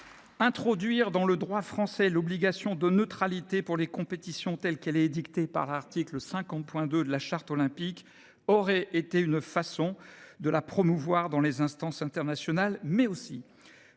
L’introduction dans le droit français de l’obligation de neutralité pour les compétitions, telle qu’elle est édictée par l’article 50.2 de la Charte olympique, aurait été une façon de la promouvoir au sein des instances internationales. Cela aurait